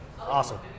awesome